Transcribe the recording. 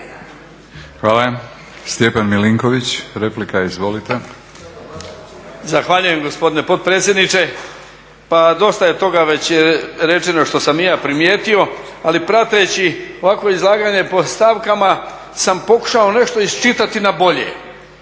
Izvolite. **Milinković, Stjepan (HDZ)** Zahvaljujem gospodine potpredsjedniče. Pa dosta je toga već rečeno što sam i ja primijetio, ali prateći ovakvo izlaganje po stavkama sam pokušao nešto iščitati na bolje.